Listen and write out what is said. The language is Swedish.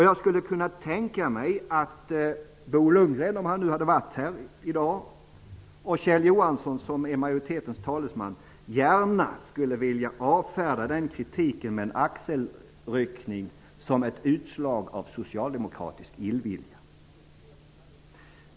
Jag skulle kunna tänka mig att Bo Lundgren, om han hade varit här i dag, och Kjell Johansson, som är majoritetens talesman, gärna skulle vilja avfärda den kritiken med en axelryckning, som ett utslag av socialdemokratisk illvilja.